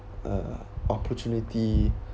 uh opportunity